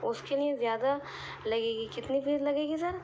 اس کے لیے زیادہ لگے گی کتنی فیس لگے گی سر